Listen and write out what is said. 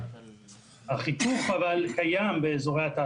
אבל עדיין יכולים להוות איזשהו מפגע